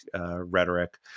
rhetoric